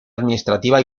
administrativa